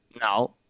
no